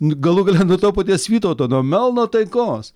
nu galų gale to paties vytauto nuo melno taikos